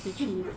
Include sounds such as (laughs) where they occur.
(laughs)